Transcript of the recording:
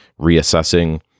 reassessing